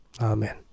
Amen